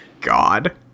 God